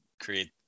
create